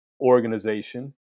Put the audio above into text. organization